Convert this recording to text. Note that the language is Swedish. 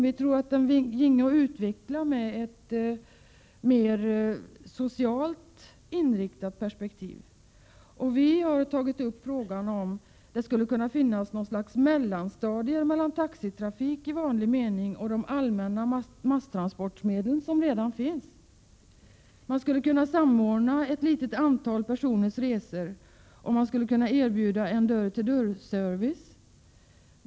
Vi tror att den ginge att utveckla i ett mer socialt inriktat perspektiv. Vi har tagit upp frågan om det skulle kunna finnas något slags mellanstadier mellan taxitrafik i vanlig mening och de allmänna masstransportmedel som redan finns. Man skulle kunna samordna ett litet antal personers resor och erbjuda dem en dörr-till-dörr-service.